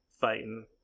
fighting